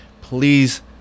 please